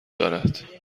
دارد